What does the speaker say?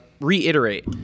reiterate